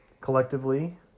collectively